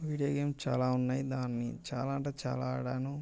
video games చాలా ఉన్నాయి దాన్ని చాలా అంటే చాలా ఆడాను